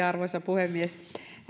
arvoisa puhemies